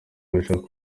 ngashaka